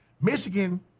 Michigan